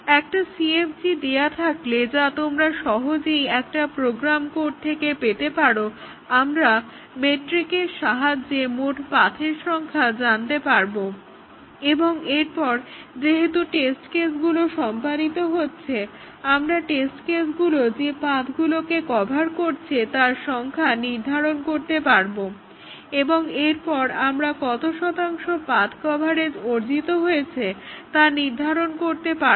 একটা CFG দেওয়া থাকলে যা তোমরা সহজেই একটা প্রোগ্রাম কোড থেকে পেতে পারো আমরা McCabe's মেট্রিকের সাহায্যে মোট পাথের সংখ্যা জানতে পারব এবং এরপর যেহেতু টেস্ট কেসগুলো সম্পাদিত হচ্ছে আমরা টেস্ট কেসগুলো যে পাথগুলোকে কভার করছে তার সংখ্যা নির্ধারণ করতে পারব এবং এরপর আমরা কত শতাংশ পাথ্ কভারেজ অর্জিত হয়েছে তা নির্ধারণ করতে পারব